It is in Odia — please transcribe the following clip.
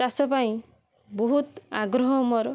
ଚାଷ ପାଇଁ ବହୁତ ଆଗ୍ରହ ମୋର